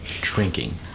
Drinking